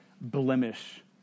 blemish